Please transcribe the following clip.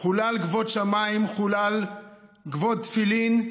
חולל כבוד שמיים, חולל כבוד תפילין,